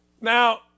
Now